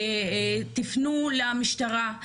תפנו למשטרה,